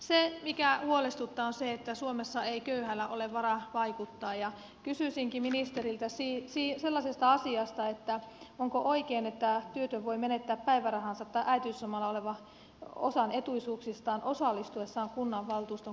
se mikä huolestuttaa on se että suomessa ei köyhällä ole varaa vaikuttaa ja kysyisinkin ministeriltä sellaisesta asiasta että onko oikein että työtön voi menettää päivärahansa tai äitiyslomalla oleva osan etuisuuksistaan osallistuessaan kunnanvaltuuston kokouksiin